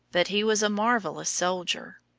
but he was a marvellous soldier.